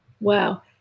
Wow